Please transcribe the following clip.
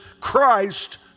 Christ